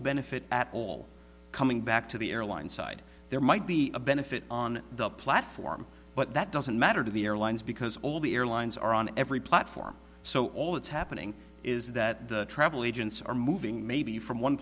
benefit at all coming back to the airline side there might be a benefit on the platform but that doesn't matter to the airlines because all the airlines are on every platform so all that's happening is that the travel agents are moving maybe from one